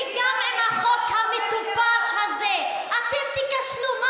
וגם עם החוק המטופש הזה אתם תיכשלו.